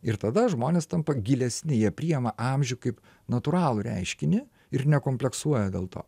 ir tada žmonės tampa gilesni jie priima amžių kaip natūralų reiškinį ir nekompleksuoja dėl to